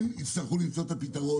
הם יצטרכו למצוא את הפתרון,